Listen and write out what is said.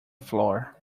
floor